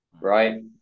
right